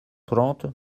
trente